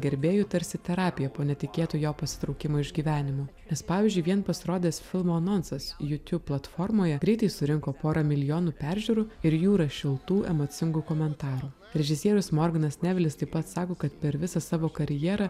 gerbėjų tarsi terapija po netikėto jo pasitraukimo iš gyvenimo nes pavyzdžiui vien pasirodęs filmo anonsas youtube platformoje greitai surinko porą milijonų peržiūrų ir jūrą šiltų emocingų komentarų režisierius morganas nevilis taip pat sako kad per visą savo karjerą